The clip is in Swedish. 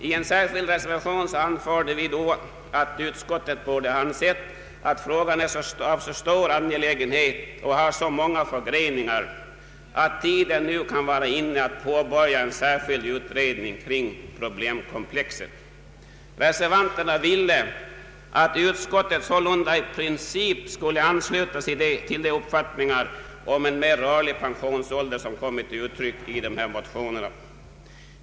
I reservationen anfördes att utskottet borde ha ansett frågan vara så angelägen och ha så många förgreningar att tiden vore inne att påbörja en utredning kring hela problemkomplexet. Reservanterna ville att utskottet sålunda i princip skulle ansluta sig till de uppfattningar om en mera rörlig pensionsålder som kommit till uttryck i motionerna.